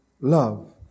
love